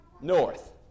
north